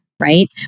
right